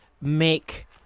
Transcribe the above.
make